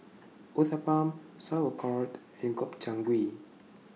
Uthapam Sauerkraut and Gobchang Gui